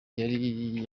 yari